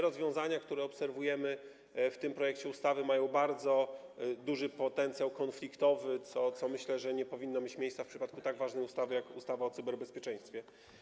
Rozwiązania, które obserwujemy w tym projekcie ustawy, mają bardzo duży potencjał konfliktowy, co - myślę - nie powinno mieć miejsca w przypadku tak ważnej ustawy jak ustawa o cyberbezpieczeństwie.